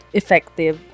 effective